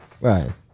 Right